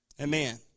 Amen